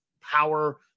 power